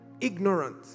ignorant